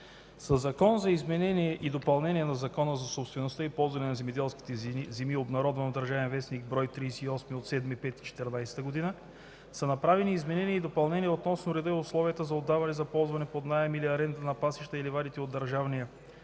Със Закон за изменение и допълнение на Закона за собствеността и ползването на земеделските земи, обнародван в „Държавен вестник”, бр. 38 от 7 май 2014 г., са направени изменения и допълнения относно реда и условията за отдаване за ползване под наем или аренда на пасищата и ливадите от държавния